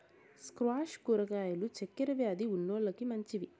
squash కూరగాయలు చక్కర వ్యాది ఉన్నోలకి మంచివి